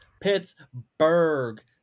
Pittsburgh